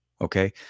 Okay